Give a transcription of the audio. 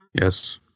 Yes